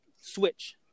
switch